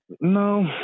no